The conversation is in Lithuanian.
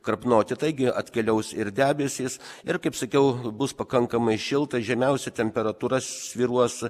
krapnoti taigi atkeliaus ir debesys ir kaip sakiau bus pakankamai šilta žemiausia temperatūra svyruos